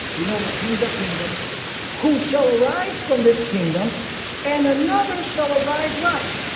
we know that kings are kingdoms who shall arise from this kingdom and another shall arise what?